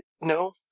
No